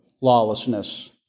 lawlessness